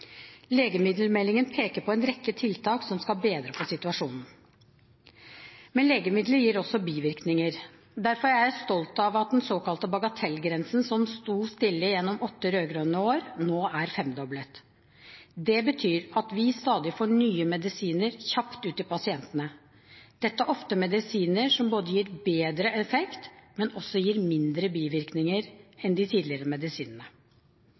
Legemiddelmeldingen peker på en rekke tiltak som skal bedre situasjonen. Men legemidler gir også bivirkninger. Derfor er jeg stolt av at den såkalte bagatellgrensen, som sto stille gjennom åtte rød-grønne år, nå er femdoblet. Det betyr at vi stadig får nye medisiner kjapt ut til pasientene. Dette er ofte medisiner som gir både bedre effekt og færre bivirkninger enn de tidligere medisinene.